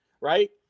right